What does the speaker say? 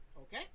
okay